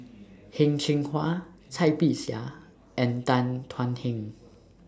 Heng Cheng Hwa Cai Bixia and Tan Thuan Heng